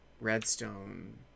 redstone